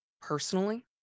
personally